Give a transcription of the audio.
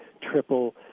triple